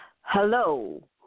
Hello